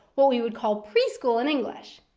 what we would call pre-school in english.